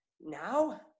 now